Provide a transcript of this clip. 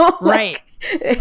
Right